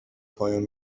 پایان